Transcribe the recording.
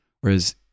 Whereas